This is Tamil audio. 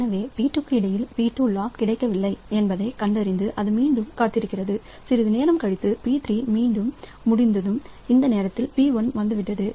எனவே P2 க்கு இடையில் P2 லாக் கிடைக்கவில்லை என்பதைக் கண்டறிந்து அது மீண்டும் காத்திருக்கிறது சிறிது நேரம் கழித்து P3 மீண்டும் முடிந்ததும் இந்த நேரத்தில்P1 வந்துவிட்டது